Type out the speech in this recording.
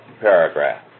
paragraph